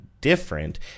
different